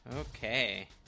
Okay